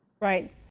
Right